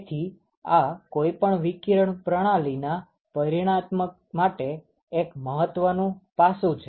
તેથી આ કોઈ પણ વિકિરણ પ્રણાલીના પરિમાણત્મક માટે એક મહત્વનું પાસું છે